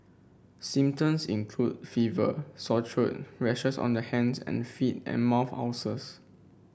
symptoms include fever sore throat rashes on the hands and feet and mouth ulcers